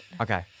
Okay